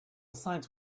sides